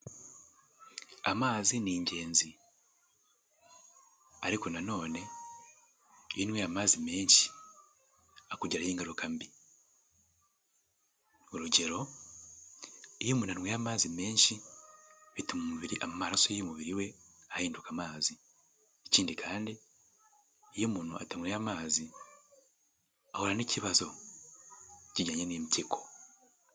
Amazi n' ingenzi ariko na none unyweye amazi menshi akugiraho ingaruka mbi urugero iyo umuntu anyweye amazi menshi bituma umubiri amaraso y'umubiri we ahinduka amazi ikindi kandi iyo umuntu atanyweye amazi ahura n'ikibazo kijyanye n'impyiko.